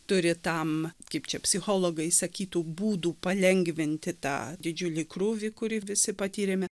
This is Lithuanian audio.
turi tam kaip čia psichologai sakytų būdų palengvinti tą didžiulį krūvį kurį visi patyrėme